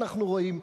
אנחנו רואים,